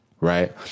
Right